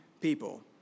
people